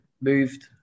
moved